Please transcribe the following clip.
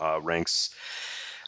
ranks